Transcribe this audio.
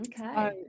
Okay